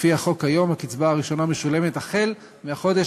לפי החוק כיום הקצבה הראשונה משולמת החל מהחודש